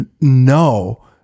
no